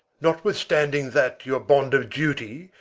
notwithstanding that your bond of duty,